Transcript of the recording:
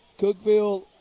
Cookville